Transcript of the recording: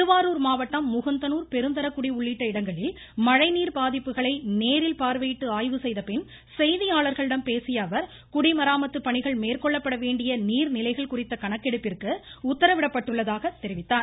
திருவாரூர் மாவட்டம் முகுந்தனூர் பெருந்தரக்குடி உள்ளிட்ட இடங்களில் மழைநீர் பாதிப்புகளை நேரில் பார்வையிட்டு ஆய்வு செய்தபின் செய்தியாளர்களிடம் பேசியஅவர் குடிமராமத்து பணிகள் மேற்கொள்ளப்பட வேண்டிய நீர் நிலைகள் குறித்த கணக்கெடுப்பிற்கு உத்தரவிடப்பட்டுள்ளதாக தெரிவித்தார்